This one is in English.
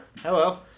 hello